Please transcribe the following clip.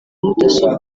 mudasobwa